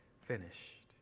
finished